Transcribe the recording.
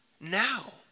Now